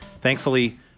Thankfully